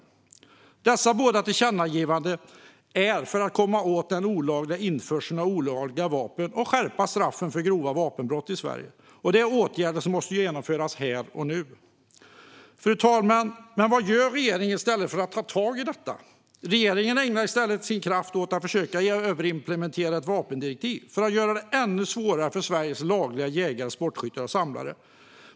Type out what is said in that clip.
Utskottet gör dessa båda tillkännagivanden för att man ska komma åt införseln av olagliga vapen och skärpa straffen för grova vapenbrott i Sverige. Det är åtgärder som måste genomföras här och nu. Fru talman! Vad gör regeringen i stället för att ta tag i detta? Regeringen lägger sin kraft på att försöka överimplementera vapendirektivet, för att göra det ännu svårare för Sveriges lagliga jägare, sportskyttar och samlare.